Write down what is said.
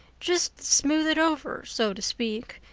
just smooth it over so to speak.